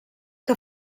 que